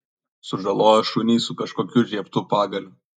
sužalojo šunį su kažkokiu žiebtu pagaliu